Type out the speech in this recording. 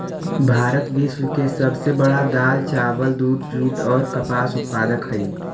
भारत विश्व के सब से बड़ा दाल, चावल, दूध, जुट और कपास उत्पादक हई